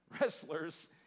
wrestlers